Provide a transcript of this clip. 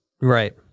Right